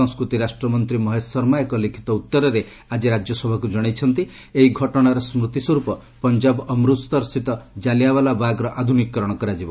ସଂସ୍କୃତି ରାଷ୍ଟ୍ର ମନ୍ତ୍ରୀ ମହେଶ ଶର୍ମା ଏକ ଲିଖିତ ଉତ୍ତରରେ ଆଜି ରାଜ୍ୟସଭାକୁ ଜଣେଇଛନ୍ତି ଏହି ଘଟଣାର ସ୍କୃତି ସ୍ୱରୂପ ପଞ୍ଜାବ ଅମୃତସର ସ୍ଥିତ କାଲିଆଁବାଲା ବାଗ୍ର ଆଧୁନିକୀକରଣ କରାଯିବ